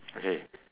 okay